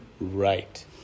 right